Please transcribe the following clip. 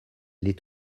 les